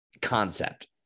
concept